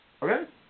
Okay